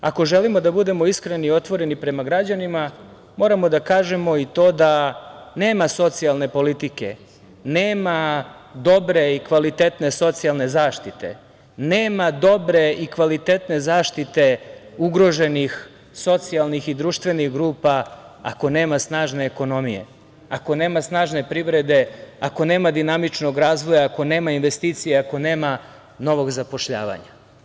Ako želimo da budemo iskreni i otvoreni prema građanima, moramo da kažemo i to da nema socijalne politike, nema dobre i kvalitetne socijalne zaštite, nema dobre i kvalitetne zaštite ugroženih socijalnih i društvenih grupa ako nema snažne ekonomije, ako nema snažne privrede, ako nema dinamičnog razvoja, ako nema investicije, ako nema novog zapošljavanja.